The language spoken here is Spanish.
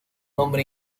hombre